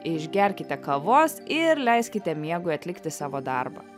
išgerkite kavos ir leiskite miegui atlikti savo darbą